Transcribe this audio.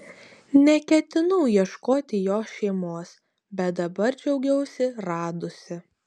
neketinau ieškoti jo šeimos bet dabar džiaugiausi radusi